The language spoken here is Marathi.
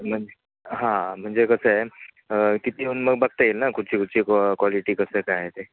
म्हन हां म्हणजे कसं आहे किती येऊन मग बघता येईल ना कुठची कुठची क्वाय क्वालिटी कसं काय आहे ते